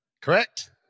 Correct